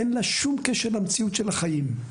אין לה שום קשר למציאות של החיים.